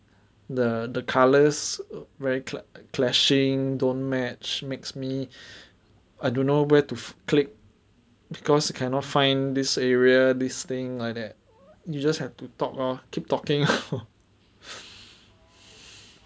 the the colours very cla~ clashing don't match makes me I don't know where to click because you cannot find this area this thing like that you just have to talk lor keep talking lor